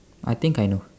I think I know